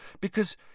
Because